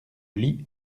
lit